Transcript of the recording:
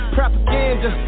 Propaganda